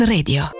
Radio